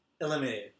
eliminated